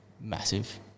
massive